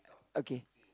okay